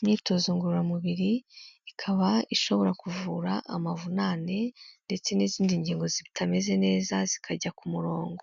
Imyitozo ngororamubiri ikaba ishobora kuvura amavunane ndetse n'izindi ngingo zitameze neza zikajya ku murongo.